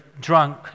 drunk